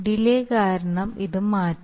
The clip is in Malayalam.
ഡിലേ കാരണം ഇത് മാറ്റി